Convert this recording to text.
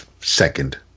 second